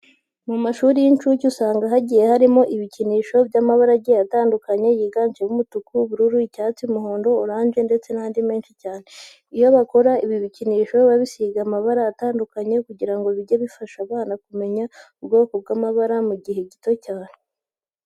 Mu mashuri y'inshuke usanga hagiye harimo ibikinisho by'amabara agiye atandukanye yiganjemo umutuku, ubururu, icyatsi, umuhondo, oranje ndetse n'andi menshi cyane. Iyo bakora ibi bikinisho babisiga amabara atandukanye kugira ngo bijye bifasha abana kumenya ubwoko bw'amabara mu gihe gito cyane.